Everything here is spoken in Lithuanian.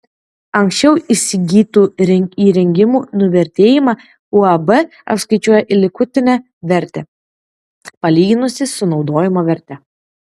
anksčiau įsigytų įrengimų nuvertėjimą uab apskaičiuoja likutinę vertę palyginusi su naudojimo verte